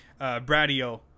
Bradio